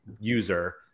user